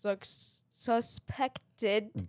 suspected